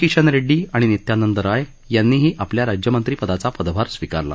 किशन रेड्डी आणि नित्यनंद राय यांनीही आपल्या राज्यमंत्री पदाचा पदभार स्विकारला